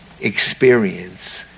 experience